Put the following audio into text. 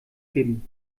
geben